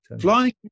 Flying